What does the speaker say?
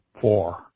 four